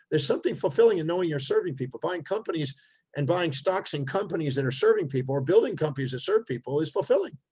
there's something fulfilling in knowing you're serving people, buying companies and buying stocks in companies that are serving people or building companies that serve people is fulfilling.